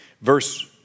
Verse